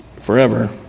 forever